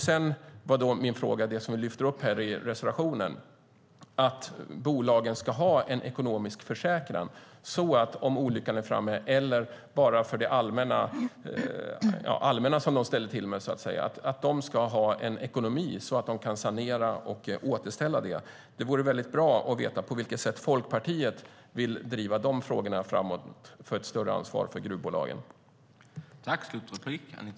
Sedan var min fråga det vi lyfter upp i reservationen, nämligen att bolagen ska ha en ekonomisk försäkring för om olyckan är framme eller bara för det de så att säga allmänt ställer till med. De ska ha en ekonomi så att de kan sanera och återställa detta. Det vore bra att veta på vilket sätt Folkpartiet vill driva frågorna om ett större ansvar för gruvbolagen framåt.